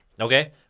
okay